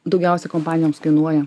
daugiausiai kompanijoms kainuoja